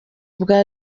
bwa